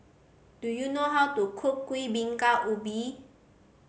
do you know how to cook Kuih Bingka Ubi